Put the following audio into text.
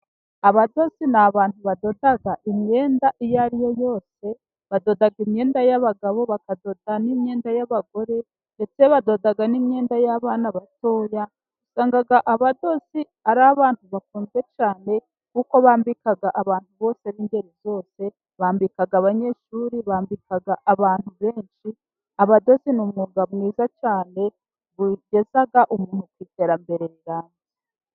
Abadozi ni abantu badoda, imyenda iyo ari yo yose, badoda imyenda y'abagabo, bakadoda n'imyenda y'abagore ndetse badoda n'imyenda y'abana batoya, usanga abadozi ari abantu bakunzwe cyane, kuko bambika abantu bose b'ingeri zose, bambika abanyeshuri, bambika abantu benshi. Abadozi ni umwuga mwiza cyane, ugeza umuntu ku iterambere rirambye.